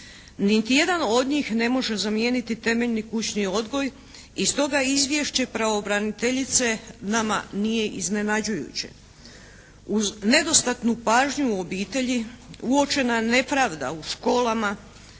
Niti jedan od njih ne može zamijeniti temeljni kućni odgoj i stoga Izvješće pravobraniteljice nama nije iznenađujuće. Uz nedostatnu pažnju u obitelji uočena je nepravda u školama,